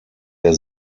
der